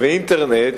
בביתר-עילית,